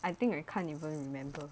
I think I can't even remember